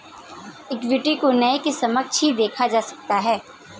equity को न्याय के समक्ष ही देखा जा सकता है